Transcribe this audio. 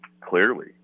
clearly